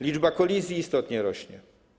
Liczba kolizji istotnie rośnie.